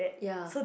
ya